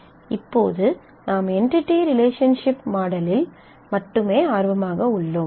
இப்போது நாம் entity relationship மாடலில் மட்டுமே ஆர்வமாக உள்ளோம்